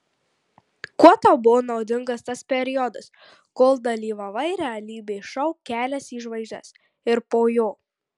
kuo tau buvo naudingas tas periodas kol dalyvavai realybės šou kelias į žvaigždes ir po jo